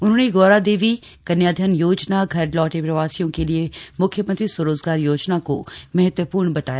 उन्होंने गौरा देवी कन्याधन योजना और घर लौटे प्रवासियों के लिए मुख्यमंत्री स्वरोजगार योजना को महत्वपूर्ण बताया